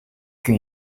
kun